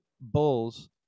bulls